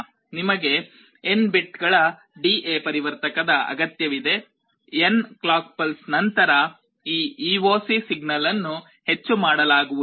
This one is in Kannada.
ನಿಮಗೆ ಎನ್ ಬಿಟ್ಗಳ ಡಿ ಎ ಪರಿವರ್ತಕ ಅಗತ್ಯವಿದೆ ಎನ್ ಕ್ಲಾಕ್ ಪಲ್ಸ್ ನಂತರ ಈ ಇಒಸಿ ಸಿಗ್ನಲ್ ಅನ್ನು ಹೆಚ್ಚು ಮಾಡಲಾಗುವುದು